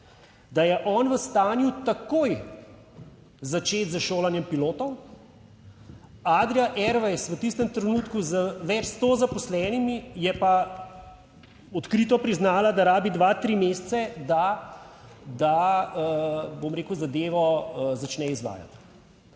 da je on v stanju, takoj začeti s šolanjem pilotov. Adria Airways v tistem trenutku z več sto zaposlenimi, je pa odkrito priznala, da rabi dva, tri mesece, da, bom rekel, zadevo začne izvajati.